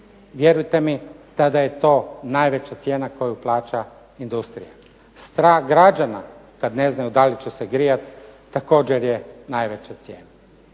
Vjerujte mi tada je to najveća cijena koju plaća industrija. Strah građana kad ne znaju da li će se grijati također je najveća cijena.